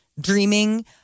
dreaming